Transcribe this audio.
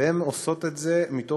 והן עושות את זה משיקולים